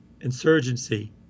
insurgency